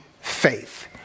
faith